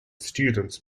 students